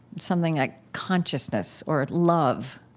something like consciousness or love